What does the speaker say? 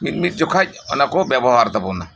ᱢᱤᱫ ᱢᱤᱫ ᱡᱚᱠᱷᱟᱡ ᱚᱱᱟᱠᱚ ᱵᱮᱵᱚᱦᱟᱨ ᱛᱟᱵᱚᱱᱟ